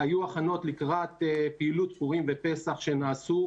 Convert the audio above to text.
היו הכנות לקראת פעילויות פורים ופסח שנעשו,